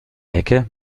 hecke